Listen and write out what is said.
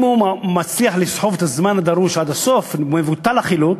אם הוא מצליח לסחוב את הזמן הדרוש עד הסוף מבוטל החילוט